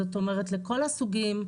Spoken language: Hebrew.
זאת אומרת לכל הסוגים,